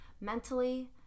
mentally